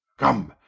come,